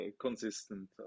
consistent